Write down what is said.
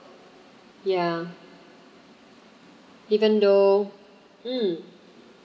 ya even though mm